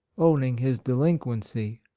owning his delin quency.